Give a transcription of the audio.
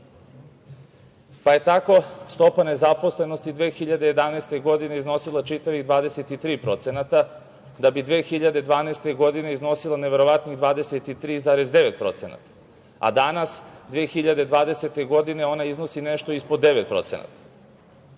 Pa je tako stopa nezaposlenosti 2011. godine iznosila čitavih 23%, da bi 2012. godine iznosila neverovatnih 23,9%, a danas 2020. godine ona iznosi nešto ispod 9%.Da